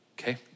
Okay